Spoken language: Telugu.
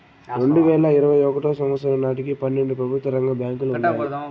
రెండువేల ఇరవై ఒకటో సంవచ్చరం నాటికి పన్నెండు ప్రభుత్వ రంగ బ్యాంకులు ఉన్నాయి